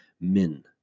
min